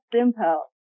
simple